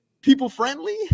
people-friendly